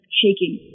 shaking